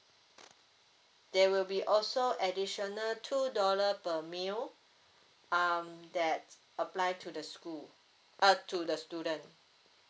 there will be also additional two dollar per meal um that apply to the school uh to the student